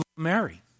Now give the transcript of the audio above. marry